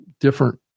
different